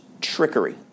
trickery